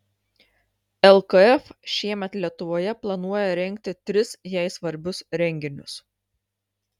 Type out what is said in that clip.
lkf šiemet lietuvoje planuoja rengti tris jai svarbius renginius